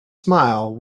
smile